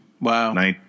Wow